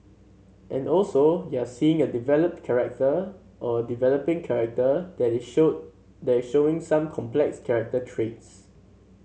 and also you're seeing a developed character or a developing character that is show that is showing some complex character traits